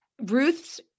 Ruth's